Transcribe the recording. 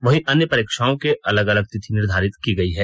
वहीं अन्य परीक्षाओं के अलग अलग तिथि निर्धारित की गई है